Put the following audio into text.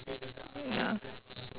ya